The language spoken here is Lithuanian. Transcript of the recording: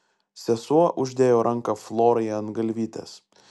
sesuo uždėjo ranką florai ant galvytės